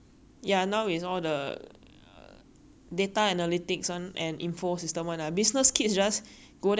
data analytics one and info system one lah business kids just go there no skills [one] like I see the modules that they do right